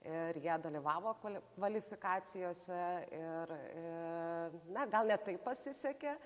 ir jie dalyvavo kvali kvalifikacijose ir e na gal ne taip pasisekė